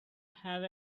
have